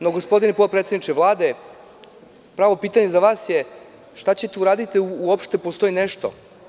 No, gospodine potpredsedniče Vlade, pravo pitanje za vas je – šta ćete uraditi ako uopšte postoji nešto?